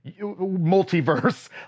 multiverse